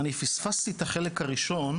אני פספסתי את החלק הראשון,